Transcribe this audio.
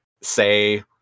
say